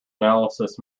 analysis